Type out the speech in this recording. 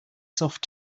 soft